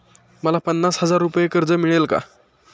मला पन्नास हजार रुपये कर्ज मिळेल का?